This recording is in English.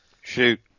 Shoot